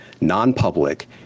non-public